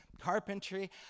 carpentry